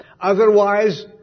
Otherwise